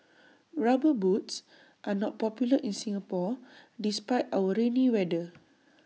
rubber boots are not popular in Singapore despite our rainy weather